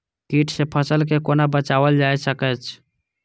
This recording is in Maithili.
कीट से फसल के कोना बचावल जाय सकैछ?